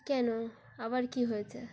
কেন আবার কী হয়েছে